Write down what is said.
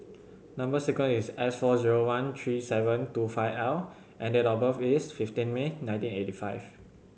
number sequence is S four zero one three seven two five L and date of birth is fifteen May nineteen eighty five